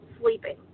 sleeping